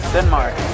Denmark